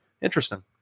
Interesting